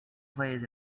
plays